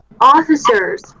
Officers